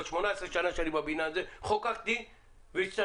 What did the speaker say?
ב-18 שנה שאני בבניין הזה חוקקתי והשתתפתי